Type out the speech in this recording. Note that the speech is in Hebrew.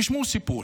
תשמעו סיפור.